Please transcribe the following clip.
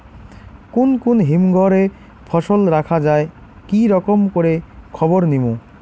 কুন কুন হিমঘর এ ফসল রাখা যায় কি রকম করে খবর নিমু?